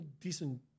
decent